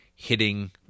hitting